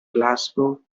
glasgow